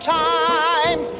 time